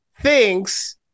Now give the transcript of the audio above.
thinks